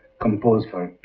composed for